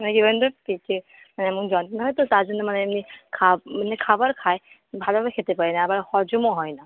মানে কী বলুন তো পেটে এমন যন্ত্রণা হয় তো তার জন্য মানে এমনি মানে খাবার খাই ভালো করে খেতে পারি না আবার হজমও হয় না